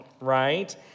right